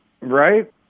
Right